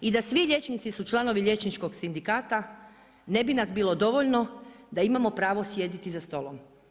I da svi liječnici su članovi Liječničkog sindikata, ne bi nas bilo dovoljno da imamo pravo sjediti za stolom.